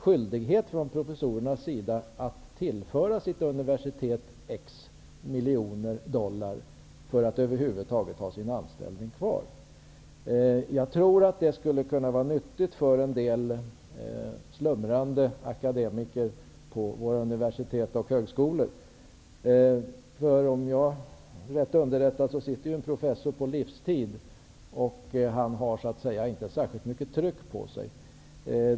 Professorerna har på många universitet skyldighet att tillföra sitt universitet x miljoner dollar för att över huvud taget ha sin anställning kvar. Jag tror att det skulle vara nyttigt för en del slumrande akademiker på våra universitet och högskolor. Om jag är rätt underrättad sitter en professor på livstid och har inte särskilt mycket tryck på sig.